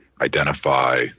identify